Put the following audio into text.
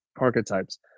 archetypes